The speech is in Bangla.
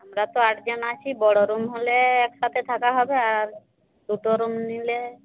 আমরা তো আটজন আছি বড় রুম হলে একসাথে থাকা হবে আর দুটো রুম নিলে